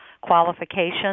qualifications